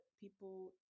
people